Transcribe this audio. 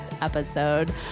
episode